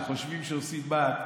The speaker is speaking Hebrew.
שחושבים שעושים מט.